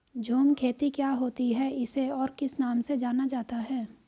झूम खेती क्या होती है इसे और किस नाम से जाना जाता है?